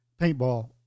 paintball